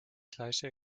gleiche